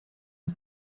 the